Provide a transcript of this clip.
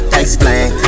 explain